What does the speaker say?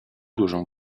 dużą